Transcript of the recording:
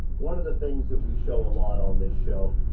one of the things that we show a lot on this show,